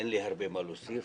אין לי הרבה מה להוסיף,